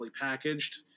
packaged –